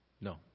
No